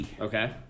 Okay